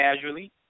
casually